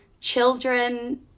children